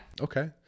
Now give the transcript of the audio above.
Okay